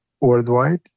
worldwide